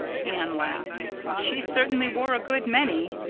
anne laughed. she certainly wore a good many.